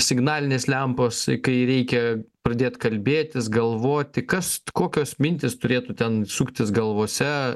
signalinės lempos kai reikia pradėt kalbėtis galvoti kas kokios mintys turėtų ten suktis galvose